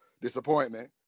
disappointment